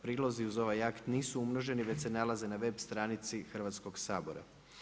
Prilozi uz ovaj akt nisu umnoženi već se nalaze na web stranici Hrvatskoga sabora.